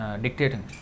dictating